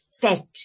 fat